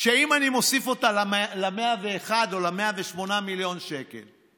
שאני מוסיף ל-101 או ל-108 מיליון שקל,